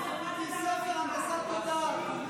תוציא ספר הנדסת תודעה.